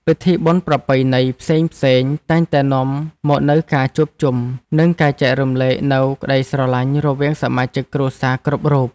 ពិធីបុណ្យប្រពៃណីផ្សេងៗតែងតែនាំមកនូវការជួបជុំ និងការចែករំលែកនូវក្ដីស្រឡាញ់រវាងសមាជិកគ្រួសារគ្រប់រូប។